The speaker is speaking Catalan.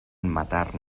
matar